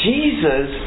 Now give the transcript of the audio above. Jesus